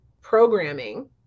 programming